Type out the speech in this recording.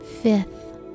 fifth